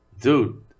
dude